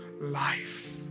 life